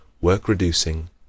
work-reducing